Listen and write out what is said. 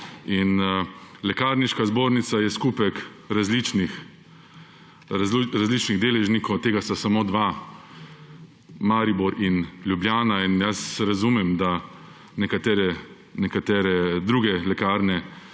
Lekarniška zbornica je skupek različnih deležnikov, od tega sta samo dva Maribor in Ljubljana. Jaz razumem, da nekatere druge lekarne